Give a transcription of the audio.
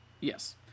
Yes